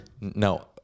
no